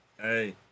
Hey